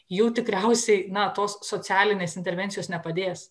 jų tikriausiai na tos socialinės intervencijos nepadės